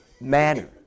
manner